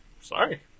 Sorry